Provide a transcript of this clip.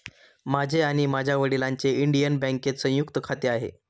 माझे आणि माझ्या वडिलांचे इंडियन बँकेत संयुक्त खाते आहे